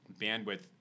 bandwidth